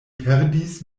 perdis